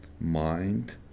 mind